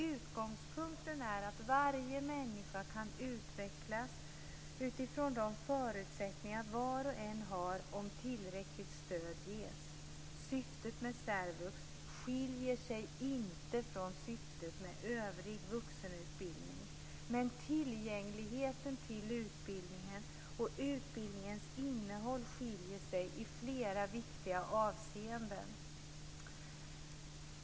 Utgångspunkten är att varje människa kan utvecklas utifrån de förutsättningar var och en har om tillräckligt stöd ges. Syftet med särvux skiljer sig inte från syftet med övrig vuxenutbildning. Men tillgängligheten till utbildningen och utbildningens innehåll skiljer sig i flera viktiga avseenden.